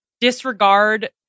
disregard